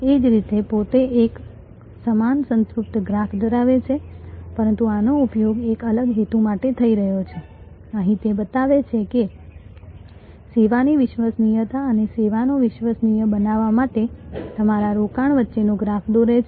એ જ રીતે પોતે એક સમાન સંતૃપ્ત ગ્રાફ ધરાવે છે પરંતુ આનો ઉપયોગ એક અલગ હેતુ માટે થઈ રહ્યો છે અહીં તે બતાવે છે કે સેવાની વિશ્વસનીયતા અને સેવાને વિશ્વસનીય બનાવવા માટે તમારા રોકાણ વચ્ચેનો ગ્રાફ દોરે છે